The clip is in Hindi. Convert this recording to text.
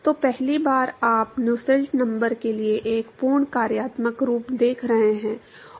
तो पहली बार आप Nusselt नंबर के लिए एक पूर्ण कार्यात्मक रूप देख रहे हैं